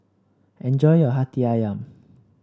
enjoy your Hati ayam